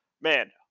Man